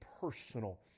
personal